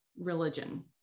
religion